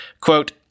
Quote